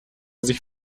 sich